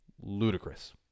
ludicrous